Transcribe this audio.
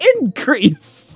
increase